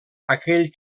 aquell